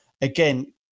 again